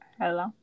Hello